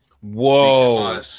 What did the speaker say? Whoa